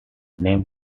named